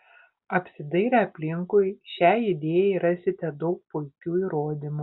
apsidairę aplinkui šiai idėjai rasite daug puikių įrodymų